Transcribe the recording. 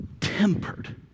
tempered